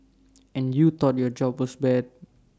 and you thought your job was bad